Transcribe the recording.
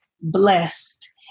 blessed